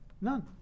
None